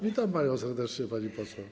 Witam panią serdecznie, pani poseł.